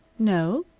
no,